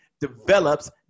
develops